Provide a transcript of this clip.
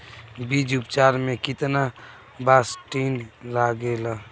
बीज उपचार में केतना बावस्टीन लागेला?